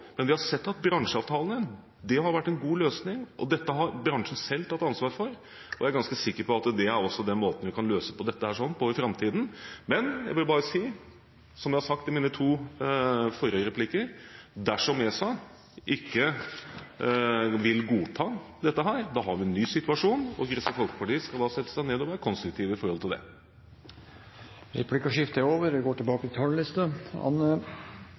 Men vi har sett at bransjeavtalen har vært en god løsning, og dette har bransjen selv tatt ansvar for. Jeg er ganske sikker på at det er den måten vi kan løse dette på også i framtiden. Men jeg vil si, som jeg har sagt i mine to forrige replikker, at dersom ESA ikke vil godta dette, da har vi en ny situasjon. Kristelig Folkeparti skal da sette seg ned og være konstruktive med hensyn til det. Replikkordskiftet er over. En aktiv litteraturpolitikk med regulering av omsetningen av bøker er en viktig årsak til